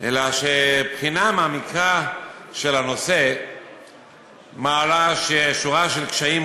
אלא שבחינה מעמיקה של הנושא מעלה שורה של קשיים,